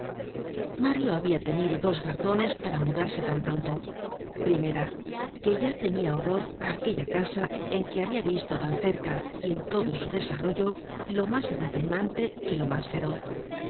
mario habia tenido dos razones para mudarse tan pronto primera que ya tenia horror á aquella casa en que habia visto tan cerca y en todo su desarrollo lo mas repugnante y lo mas feroz